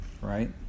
right